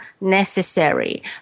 necessary